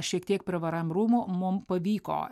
šiek tiek prie vrm rūmų mum pavyko